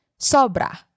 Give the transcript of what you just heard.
Sobra